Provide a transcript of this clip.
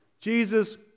Jesus